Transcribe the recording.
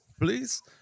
please